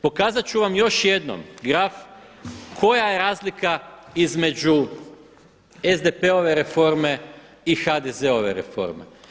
Pokazati ću vam još jednom graf koja je razlika između SDP-ove reforme i HDZ-ove reforme.